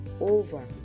over